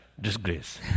disgrace